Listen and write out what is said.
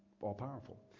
all-powerful